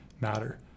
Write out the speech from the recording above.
matter